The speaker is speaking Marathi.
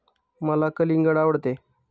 मला कलिंगड आवडते